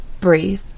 breathe